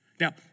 Now